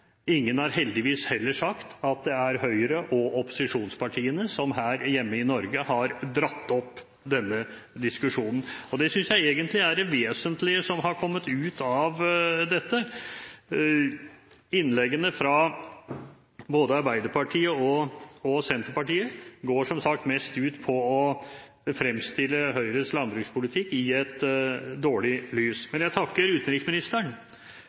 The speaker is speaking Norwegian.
er Høyre og opposisjonspartiene som her hjemme i Norge har dratt opp denne diskusjonen. Og det synes jeg egentlig er det vesentlige som har kommet ut av dette. Innleggene fra både Arbeiderpartiet og Senterpartiet går som sagt mest ut på å fremstille Høyres landbruk i et dårlig lys. Men jeg takker utenriksministeren